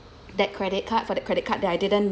that credit card for that credit card that I didn't